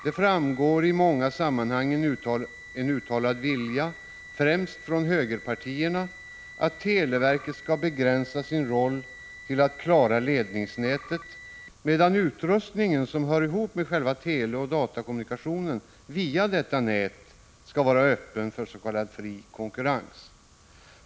Det framgår i många sammanhang en uttalad vilja, främst från högerpartierna, att televerket skall begränsa sin roll till att klara ledningsnätet, medan utrustningen som hör ihop med själva teleoch datakommunikationen via detta nät skall vara öppen för s.k. fri konkurrens.